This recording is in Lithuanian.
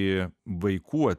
į vaikų